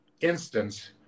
instance